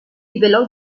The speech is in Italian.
rivelò